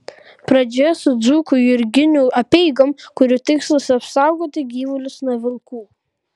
pradžioje su dzūkų jurginių apeigom kurių tikslas apsaugoti gyvulius nuo vilkų